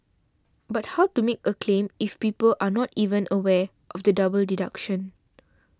but how to make a claim if people are not even aware of the double deduction